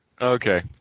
Okay